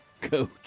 coach